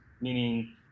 meaning